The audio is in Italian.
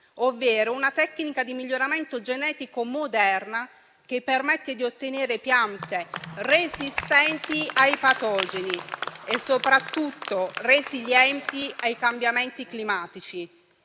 ovvero una tecnica di miglioramento genetico moderna che permette di ottenere piante resistenti ai patogeni e soprattutto resilienti ai cambiamenti climatici.